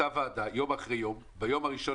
באותה ועדה יום אחרי יום ביום הראשון